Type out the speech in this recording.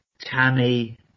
Tammy